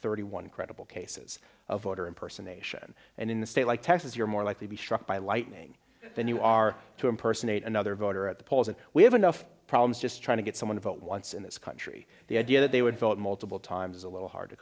thirty one credible cases of voter in person nation and in the state like texas you're more likely be struck by lightning than you are to impersonate another voter at the polls and we have enough problems just trying to get someone to vote once in this country the idea that they would call it multiple times is a little hard to